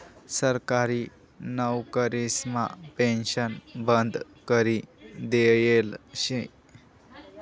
सरकारी नवकरीसमा पेन्शन बंद करी देयेल शे